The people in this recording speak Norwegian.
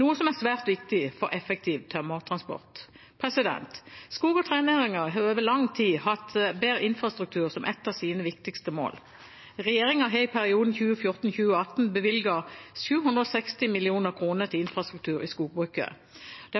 noe som er svært viktig for en effektiv tømmertransport. Skog- og trenæringen har over lang tid hatt bedre infrastruktur som et av sine viktigste mål. Regjeringen har i perioden 2014–2018 bevilget 760 mill. kr til infrastruktur i skogbruket,